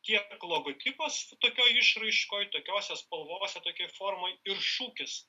tiek logotipas tokioj išraiškoj tokiose spalvose tokioj formoj ir šūkis